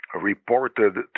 reported